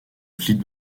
clip